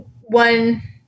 one